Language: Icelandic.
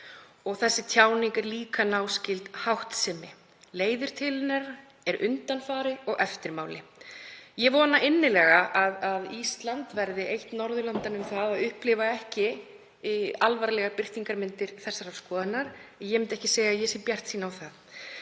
Þessi tjáning er líka náskyld háttsemi, er leiðin til hennar, er undanfari og eftirmáli. Ég vona innilega að Ísland verði eitt Norðurlandanna um að upplifa ekki alvarlegar birtingarmyndir þessarar skoðunar en ég myndi ekki segja að ég sé bjartsýn á það.